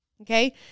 okay